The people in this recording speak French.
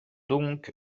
donc